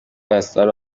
بستر